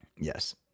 Yes